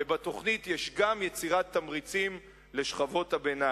ובתוכנית יש יצירת תמריצים גם לשכבות הביניים.